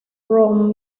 from